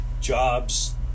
jobs